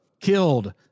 killed